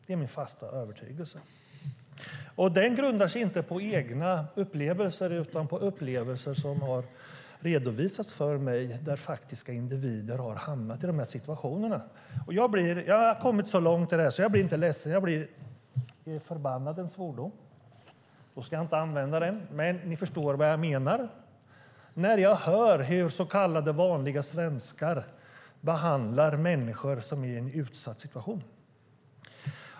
Det är min fasta övertygelse, och den grundar sig inte på egna upplevelser utan på upplevelser som har redovisats för mig där faktiska individer har hamnat i dessa situationer. Jag har kommit så långt att jag inte blir ledsen, utan jag blir - om "förbannad" är en svordom ska jag inte använda den, men ni förstår vad jag menar - när jag hör hur så kallade vanliga svenska behandlar människor som är i en utsatt situation.